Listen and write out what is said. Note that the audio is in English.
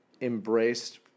embraced